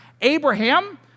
Abraham